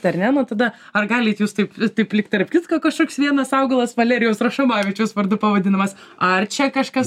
ar ne nuo tada ar galit jūs taip taip lyg tarp kitko kažkoks vienas augalas valerijaus rašomavičiaus vardu pavadinamas ar čia kažkas